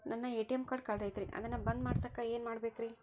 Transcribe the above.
ನನ್ನ ATM card ಕಳದೈತ್ರಿ ಅದನ್ನ ಬಂದ್ ಮಾಡಸಾಕ್ ಏನ್ ಮಾಡ್ಬೇಕ್ರಿ?